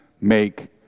make